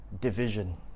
division